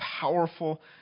powerful